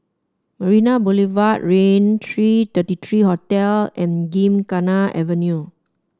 Marina Boulevard Raintr Thirty Three Hotel and Gymkhana Avenue